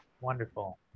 Wonderful